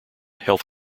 health